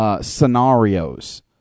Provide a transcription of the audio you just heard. scenarios